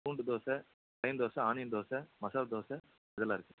பூண்டு dosa plain dosa onion dosa masala dosa இதெல்லாம் இருக்குது